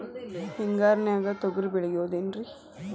ಹಿಂಗಾರಿನ್ಯಾಗ ತೊಗ್ರಿ ಬೆಳಿಬೊದೇನ್ರೇ?